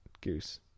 goose